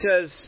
says